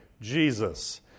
Jesus